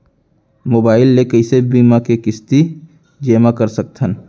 Mobile ले कइसे बीमा के किस्ती जेमा कर सकथव?